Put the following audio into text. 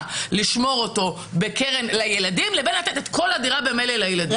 ולשמור אותו בקרן לילדים לבין לתת את כל הדירה ממילא לילדים?